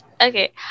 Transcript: Okay